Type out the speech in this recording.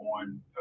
on